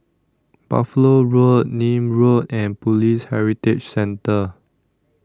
Buffalo Road Nim Road and Police Heritage Centre